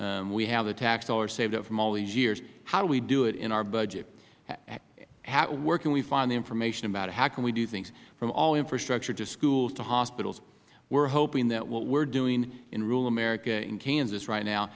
and we have the tax dollars saved up from all these years how do we do it in our budget where can we find the information about it how can we do things from all infrastructure from schools to hospitals we are hoping that what we are doing in rural america in kansas right now